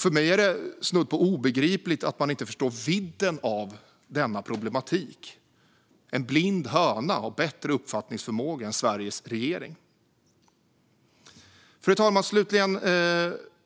För mig är det snudd på obegripligt att man inte förstår vidden av denna problematik. En blind höna har bättre uppfattningsförmåga än Sveriges regering. Fru talman! Slutligen